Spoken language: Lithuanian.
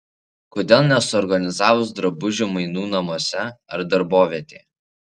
kodėl nesuorganizavus drabužių mainų namuose ar darbovietėje